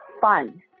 fun